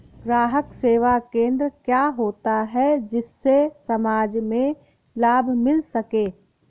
ग्राहक सेवा केंद्र क्या होता है जिससे समाज में लाभ मिल सके?